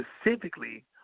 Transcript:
specifically